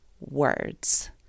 words